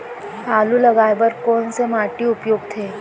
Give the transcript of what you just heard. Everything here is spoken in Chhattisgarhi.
आलू लगाय बर कोन से माटी उपयुक्त हे?